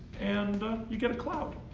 and you get a cloud.